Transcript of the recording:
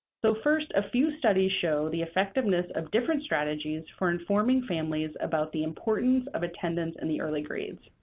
so first, a few studies show the effectiveness of different strategies for informing families about the importance of attendance and the early grades.